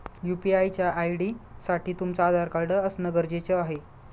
UPI च्या ID साठी तुमचं आधार कार्ड असण गरजेच आहे